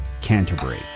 Canterbury